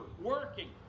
working